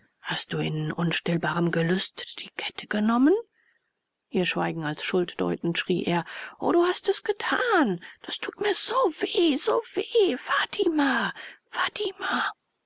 hast du in unstillbarem gelüst die kette genommen ihr schweigen als schuld deutend schrie er o du hast es getan das tut mir so weh so weh fatima fatima